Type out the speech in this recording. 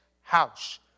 house